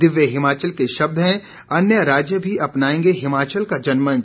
दिव्य हिमाचल के शब्द हैं अन्य राज्य भी अपनाएंगे हिमाचल का जनमंच